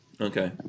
Okay